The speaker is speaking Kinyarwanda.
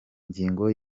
ngingo